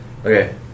Okay